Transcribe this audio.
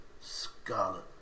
scarlet